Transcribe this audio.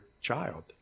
child